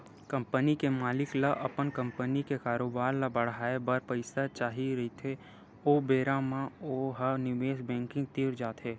company के मालिक ल अपन कंपनी के कारोबार ल बड़हाए बर पइसा चाही रहिथे ओ बेरा म ओ ह निवेस बेंकिग तीर जाथे